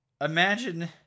imagine